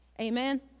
Amen